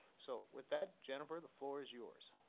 so with that, jennifer, the floor is yours.